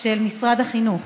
של משרד החינוך